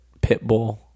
Pitbull